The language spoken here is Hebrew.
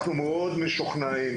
אנחנו מאוד משוכנעים,